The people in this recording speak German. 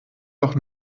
doch